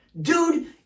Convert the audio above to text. dude